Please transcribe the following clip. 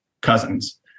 cousins